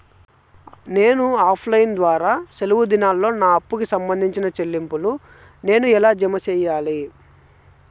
నేను offline ద్వారా సెలవు దినాల్లో నా అప్పుకి సంబంధించిన చెల్లింపులు నేను ఎలా జామ సెయ్యాలి?